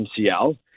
MCL